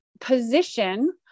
position